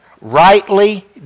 rightly